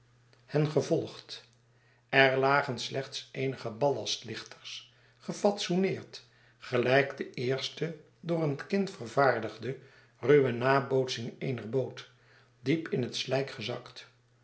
hen gevolgd er lagen slechts eenige ballast lichters gefatsoeneerd gelijk de eerste door een kind vervaardigde ruwe nabootsing eener boot diep in het siijk gezakt